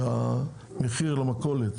שהמחיר למכולת